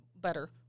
better